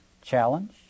challenge